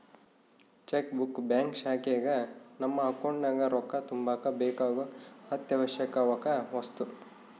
check book bank ಶಾಖೆಗ ನಮ್ಮ account ನಗ ರೊಕ್ಕ ತಗಂಬಕ ಬೇಕಾಗೊ ಅತ್ಯಾವಶ್ಯವಕ ವಸ್ತು